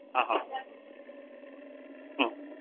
હહ હ